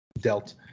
Dealt